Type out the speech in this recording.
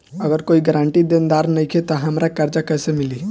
अगर कोई गारंटी देनदार नईखे त हमरा कर्जा कैसे मिली?